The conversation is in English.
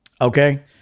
okay